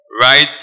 Right